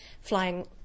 flying